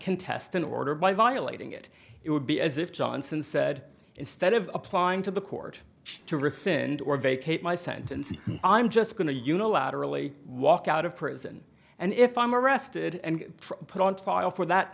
contest an order by violating it it would be as if johnson said instead of applying to the court to rescind or vacate my sentence i'm just going to unilaterally walk out of prison and if i'm arrested and put on trial for that